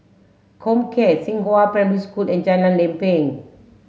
Comcare Xinghua Primary School and Jalan Lempeng